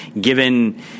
Given